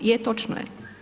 Je, točno je.